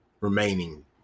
remaining